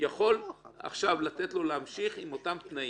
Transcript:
הוא יכול עכשיו לתת לו להמשיך באותם תנאים.